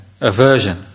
aversion